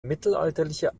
mittelalterliche